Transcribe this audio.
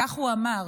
כך אמר: